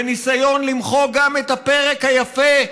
וניסיון למחוק גם את הפרק היפה,